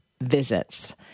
Visits